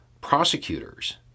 prosecutors